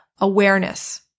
awareness